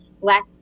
black